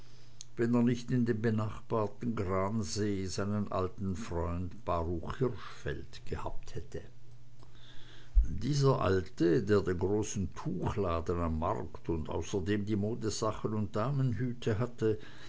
wenn er nicht in dem benachbarten gransee seinen alten freund baruch hirschfeld gehabt hätte dieser alte der den großen tuchladen am markt und außerdem die modesachen und damenhüte hatte